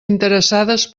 interessades